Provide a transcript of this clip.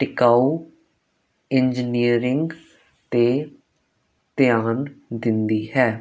ਟਿਕਾਊ ਇੰਜਨੀਅਰਿੰਗ 'ਤੇ ਧਿਆਨ ਦਿੰਦੀ ਹੈ